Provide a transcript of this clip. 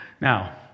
Now